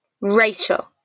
rachel